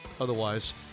otherwise